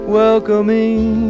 welcoming